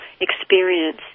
experience